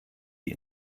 die